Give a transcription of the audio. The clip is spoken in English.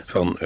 Van